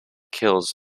kills